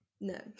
No